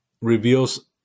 reveals